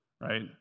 Right